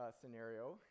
scenario